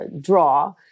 draw